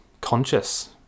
conscious